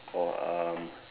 oh um